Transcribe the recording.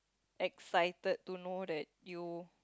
excited to know that you